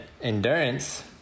endurance